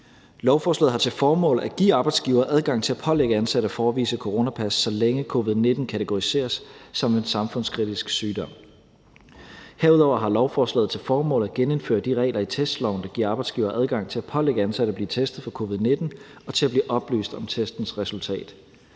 Lovforslaget har til formål at give arbejdsgivere adgang til at pålægge ansatte at forevise coronapas, så længe covid-19 kategoriseres som en samfundskritisk sygdom. Herudover har lovforslaget til formål at genindføre de regler i testloven, der giver arbejdsgivere adgang til at pålægge ansatte at blive testet for covid-19 og til at blive oplyst om testens resultat.